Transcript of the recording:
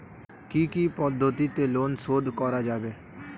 কি কি পদ্ধতিতে লোন শোধ করা যাবে?